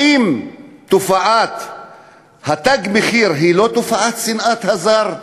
האם תופעת "תג מחיר" היא לא תופעת שנאת הזר?